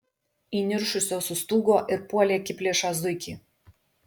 įniršusios sustūgo ir puolė akiplėšą zuikį